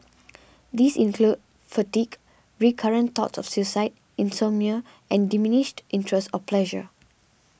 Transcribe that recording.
these include fatigue recurrent thoughts of suicide insomnia and diminished interest or pleasure